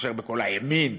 מאשר בכל הימין